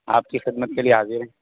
آپ کی خدمت کے لیے حاضر ہیں